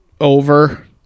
Over